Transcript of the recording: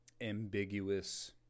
ambiguous